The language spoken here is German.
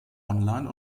online